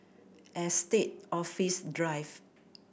Estate Office Drive